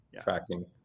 tracking